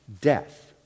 death